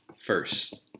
First